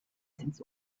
ins